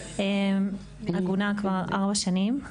עגונה כבר ארבע שנים.